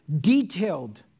detailed